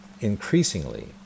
increasingly